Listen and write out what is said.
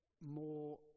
more